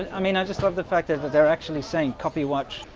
i mean, i just love the fact is that they're actually saying copy watch